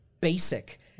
basic